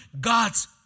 God's